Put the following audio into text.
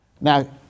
Now